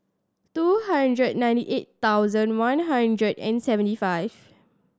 two hundred ninety eight thousand one hundred and seventy five